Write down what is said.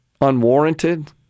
unwarranted